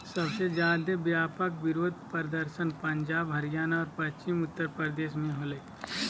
सबसे ज्यादे व्यापक विरोध प्रदर्शन पंजाब, हरियाणा और पश्चिमी उत्तर प्रदेश में होलय